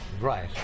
Right